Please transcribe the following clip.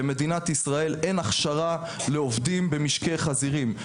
למדינת ישראל אין הכשרה לעובדים במשקי חזירים,